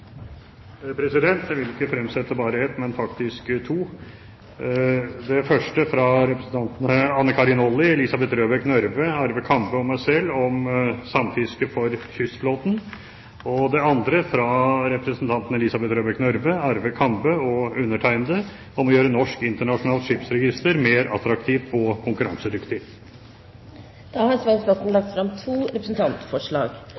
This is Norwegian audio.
Jeg vil ikke fremsette ett, men faktisk to representantforslag. Det første er fra representantene Anne Karin Olli, Elisabeth Røbekk Nørve, Arve Kambe og meg selv om samfiske for kystflåten. Det andre er fra representantene Elisabeth Røbekk Nørve, Arve Kambe og undertegnede om å gjøre Norsk Internasjonalt Skipsregister mer attraktivt og konkurransedyktig. Da har representanten Svein